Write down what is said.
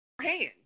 hand